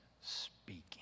speaking